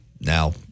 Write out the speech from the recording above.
Now